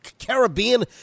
Caribbean